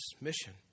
mission